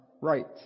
right